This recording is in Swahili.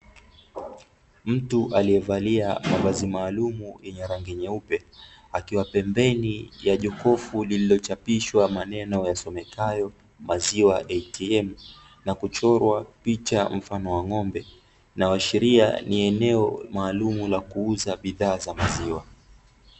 Mtu aliyevalia mavazi maalumu yenye rangi nyeupe, akiwa pembeni ya jokofu lililochapishwa maneno yasomekayo "Maziwa ATM", na kuchorwa picha mfano wa ng'ombe, inayoashiria ni eneo maalumu la kuuza bidhaa za maziwa.